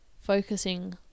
focusing